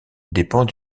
dépend